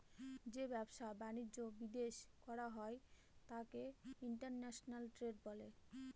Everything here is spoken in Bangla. যে ব্যবসা বাণিজ্য বিদেশ করা হয় তাকে ইন্টারন্যাশনাল ট্রেড বলে